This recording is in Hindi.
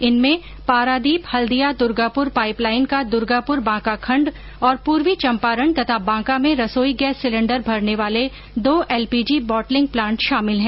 इनमें पारादीप हल्दिया दूर्गापुर पाइपलाइन का दुर्गापुर बांका खंड और पूर्वी चंपारण तथा बांका में रसोई गैस सिलेंडर भरने वाले दो एलपीजी बॉटलिंग प्लांट शामिल हैं